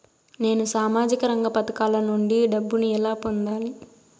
నేను సామాజిక రంగ పథకాల నుండి డబ్బుని ఎలా పొందాలి?